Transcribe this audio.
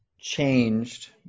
changed